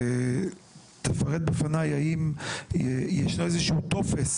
שתפרט בפניי האם יש איזשהו טופס